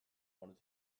wanted